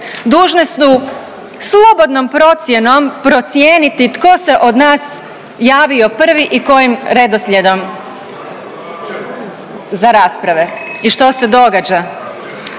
dužne su slobodnom procjenom procijeniti tko se od nas javio prvi i kojim redoslijedom za rasprave. I što se događa?